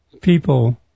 people